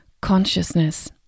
consciousness